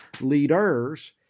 Leaders